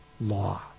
law